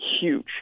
huge